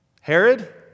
Herod